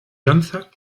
danza